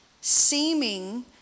seeming